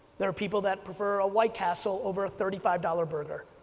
there are people that prefer a white castle over a thirty five dollars burger.